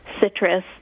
citrus